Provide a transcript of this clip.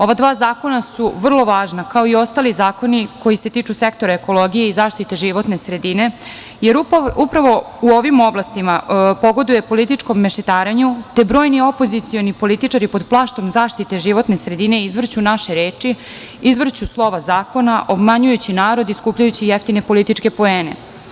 Ova dva zakona su vrlo važna, kao i ostali zakoni koji se tiču sektora ekologije i zaštite životne sredine, jer upravo u ovim oblastima pogoduje političkom mešetarenju, te brojni opozicioni političari pod plaštom zaštite životne sredine izvrću naše reči, izvrću slova zakona, obmanjujući narod i skupljajući jeftine političke poene.